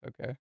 Okay